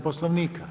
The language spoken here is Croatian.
Poslovnika.